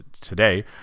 today